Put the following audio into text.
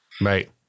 Right